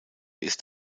ist